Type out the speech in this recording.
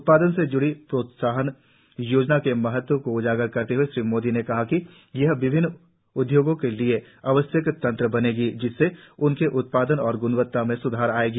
उत्पादन से ज्डी प्रोत्साहन योजना के महत्व को उजागर करते हुए श्री मोदी ने कहा कि यह विभिन्न उद्योगों के लिए आवश्यक तंत्र बनायेगी जिससे उनके उत्पादन और ग्णवत्ता में स्धार होगा